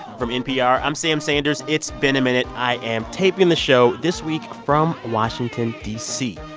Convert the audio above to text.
from npr, i'm sam sanders it's been a minute. i am taping the show this week from washington, d c.